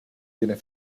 tiene